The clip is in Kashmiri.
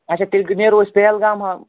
اچھا تیٚلہِ نیرو أسۍ پہلگام حال